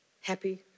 happy